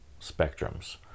spectrums